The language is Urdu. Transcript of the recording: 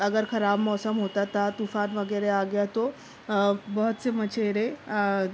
اگر خراب موسم ہوتا تھا طوفان وغیرہ آ گیا تو بہت سے مچھیرے